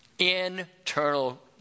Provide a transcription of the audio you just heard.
internal